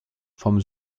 vom